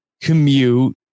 commute